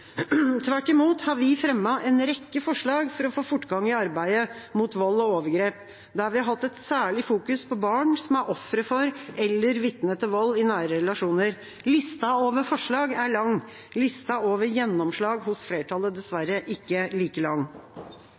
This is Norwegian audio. Tvert imot har vi fremmet en rekke forslag for å få fortgang i arbeidet mot vold og overgrep, der vi har hatt et særlig fokus på barn som er ofre for eller vitne til vold i nære relasjoner. Lista over forslag er lang, lista over gjennomslag hos flertallet dessverre ikke like lang.